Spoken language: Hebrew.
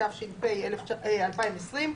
התש"ף 2020‏,